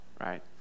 right